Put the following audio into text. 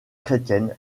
chrétienne